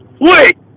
Wait